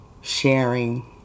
Sharing